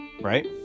right